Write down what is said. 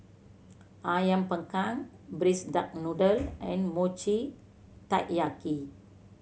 Ayam Panggang braise duck noodle and Mochi Taiyaki